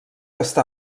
està